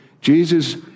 Jesus